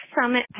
Summit